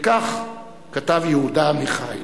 וכך כתב יהודה עמיחי: